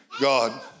God